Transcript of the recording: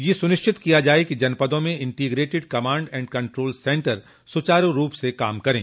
यह सुनिश्चित किया जाये कि जनपदों में integrated command and control centre सुचारू रूप से कार्य करे